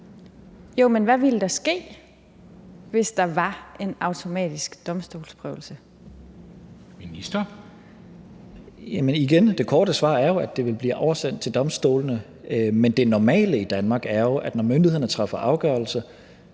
og integrationsministeren (Mattias Tesfaye): Igen er det korte svar jo, at det vil blive oversendt til domstolene. Men det normale i Danmark er jo, at når myndighederne træffer afgørelse,